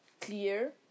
clear